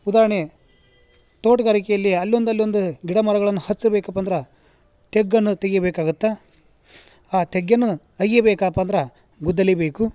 ಉದಾಹರ್ಣೆ ತೋಟಗಾರಿಕೆಯಲ್ಲಿ ಅಲ್ಲೊಂದು ಅಲ್ಲೊಂದು ಗಿಡ ಮರಗಳನ್ನು ಹಚ್ಚಬೇಕಪ್ಪ ಅಂದ್ರೆ ತಗ್ಗನ್ನು ತೆಗಿಬೇಕಾಗುತ್ತೆ ಆ ತಗ್ಗನ್ನು ಅಗಿಯಬೇಕಪ್ಪ ಅಂದ್ರೆ ಗುದ್ದಲಿ ಬೇಕು